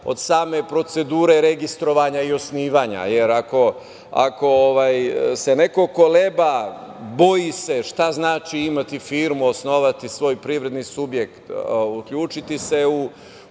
od same procedure registrovanja i osnivanja, jer ako se neko koleba, boji se šta znači imati firmu, osnovati svoj privredni subjekt, uključiti se u